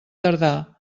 tardar